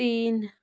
तीन